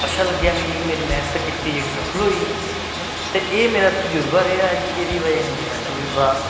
अच्छा लग्गेआ मिगी कि मेरी मेह्नत कीती जेह्ड़ी सफल होई ते एह् मेरा तजुर्बा रेहा ऐ कि एह्दी बजह कन्नै मेरा तजुर्बा